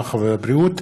הרווחה והבריאות.